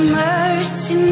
mercy